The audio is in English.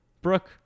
Brooke